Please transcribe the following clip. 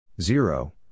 zero